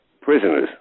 prisoners